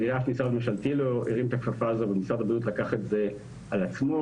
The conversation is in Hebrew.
אף משרד ממשלתי לא הרים את הכפפה הזאת ומשרד הבריאות לקח את זה על עצמו.